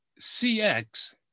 CX